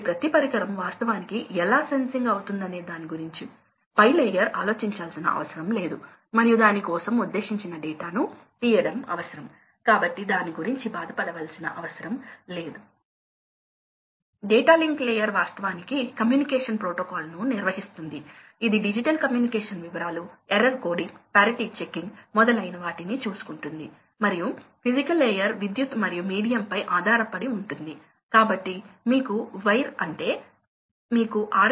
ఇది మొదటిది ఇది రెండవది మరియు ఇది మూడవది కాబట్టి ఇప్పుడు పవర్ అవసరాలకు ఏమి జరుగుతుంది కాబట్టి చివరిదానికి పవర్ అవసరం ఇది మనము ప్రవాహాన్ని తగ్గించేటప్పుడు ఇంతకు ముందు చూడండి ప్రెజర్ పెరుగుతోంది కాబట్టి పవర్ తగ్గడం లేదు ఇప్పుడు మేము వేగాన్ని తగ్గిస్తున్నాము